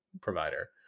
provider